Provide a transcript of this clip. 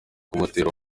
kumutera